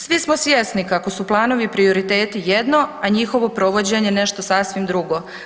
Svi smo svjesni kako su planovi i prioriteti jedno, a njihovo provođenje nešto sasvim drugo.